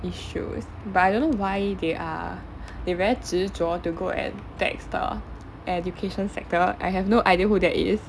issues but I don't know why they are they very 执着 to go and text the education sector I have no idea who that is